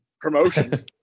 promotion